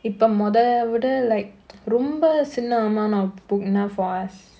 இப்ப மொத விட:ippa modha vida like ரொம்ப சின்ன:romba sinna amount of book enough for us